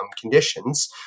conditions